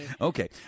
Okay